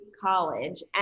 college